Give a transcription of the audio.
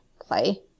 play